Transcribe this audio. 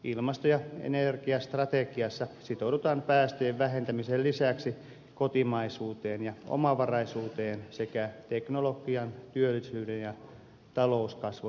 ilmasto ja energiastrategiassa sitoudutaan päästöjen vähentämisen lisäksi kotimaisuuteen ja omavaraisuuteen sekä teknologian työllisyyden ja talouskasvun edistämiseen